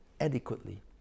adequately